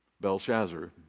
Belshazzar